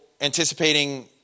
anticipating